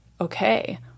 Okay